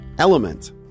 element